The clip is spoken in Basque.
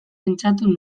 pentsatu